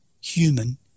human